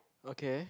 okay